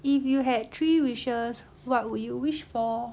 if you had three wishes what would you wish for